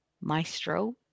Maestro